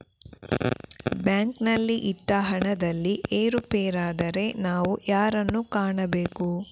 ಬ್ಯಾಂಕಿನಲ್ಲಿ ಇಟ್ಟ ಹಣದಲ್ಲಿ ಏರುಪೇರಾದರೆ ನಾವು ಯಾರನ್ನು ಕಾಣಬೇಕು?